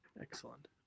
Excellent